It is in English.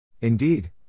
Indeed